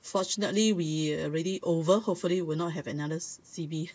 fortunately we're already over hopefully will not have another C_B